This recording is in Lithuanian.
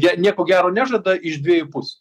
jie nieko gero nežada iš dviejų pusių